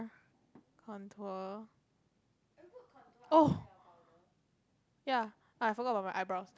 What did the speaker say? ya I forgot about my eyebrows